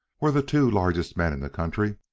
were the two largest men in the country,